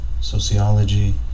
sociology